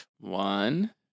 One